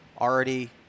already